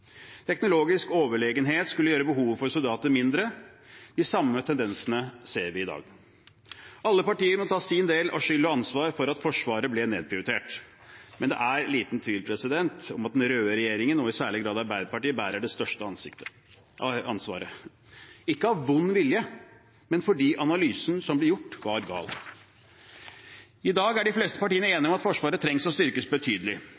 Teknologisk overlegenhet skulle gjøre behovet for soldater mindre. De samme tendensene ser vi i dag. Alle partier må ta sin del av skyld og ansvar for at Forsvaret ble nedprioritert, men det er liten tvil om at den røde regjeringen, og i særlig grad Arbeiderpartiet, bærer det største ansvaret – ikke av vond vilje, men fordi analysen som ble gjort, var gal. I dag er de fleste partiene enige om at Forsvaret trenger å bli styrket betydelig.